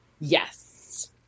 Yes